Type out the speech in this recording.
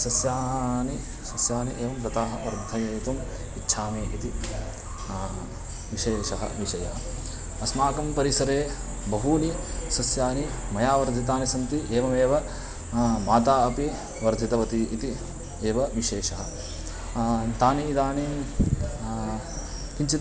सस्यानि सस्यानि एवं लताः वर्धयितुम् इच्छामि इति विशेषः विषय अस्माकं परिसरे बहूनि सस्यानि मया वर्धितानि सन्ति एवमेव माता अपि वर्धितवती इति एव विशेषः तानि इदानीं किञ्चित्